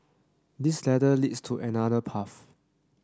this ladder leads to another path